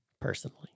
personally